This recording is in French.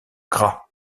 gras